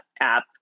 app